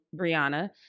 Brianna